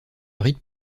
rite